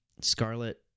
Scarlet